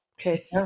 Okay